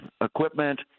equipment